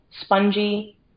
spongy